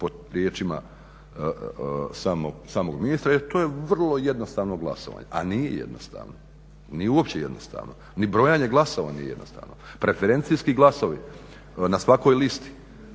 po riječima samog ministra jer to je vrlo jednostavno glasovanje, a nije jednostavno, nije uopće jednostavno. Ni brojanje glasova nije jednostavno, preferencijski glasovi na svakoj listi